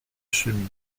cheminée